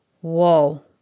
Whoa